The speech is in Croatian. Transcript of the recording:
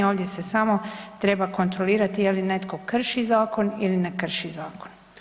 Ovdje se samo treba kontrolirati je li netko krši zakon ili ne krši zakon.